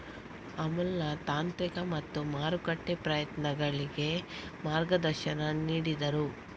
ಅಮುಲ್ನ ತಾಂತ್ರಿಕ ಮತ್ತು ಮಾರುಕಟ್ಟೆ ಪ್ರಯತ್ನಗಳಿಗೆ ಮಾರ್ಗದರ್ಶನ ನೀಡಿದರು